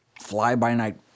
fly-by-night